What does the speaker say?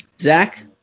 Zach